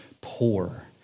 poor